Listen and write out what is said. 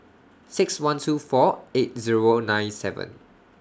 six one two four eight Zero nine seven